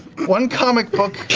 one comic book,